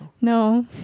No